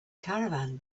caravan